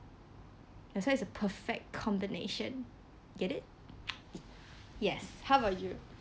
that's why it's a perfect combination get it yes how about you